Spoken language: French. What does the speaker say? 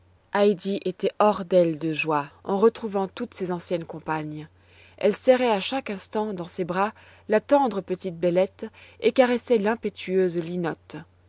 était hors d'elle de joie en retrouvant toutes ses anciennes compagnes elle serrait à chaque instant dans ses bras la tendre petite bellette et caressait l'impétueuse linotte